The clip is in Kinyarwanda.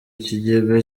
ikigega